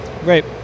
Great